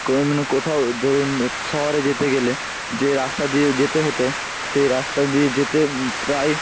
কোনো কোথাও ধরুন শহরে যেতে গেলে যে রাস্তা দিয়ে যেতে হতো সেই রাস্তা দিয়ে যেতে প্রায়